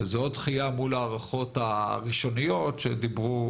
שזה עוד דחייה מול ההערכות הראשוניות שדיברו.